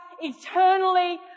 eternally